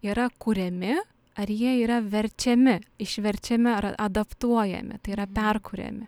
yra kuriami ar jie yra verčiami išverčiami ar adaptuojami tai yra perkuriami